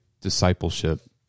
discipleship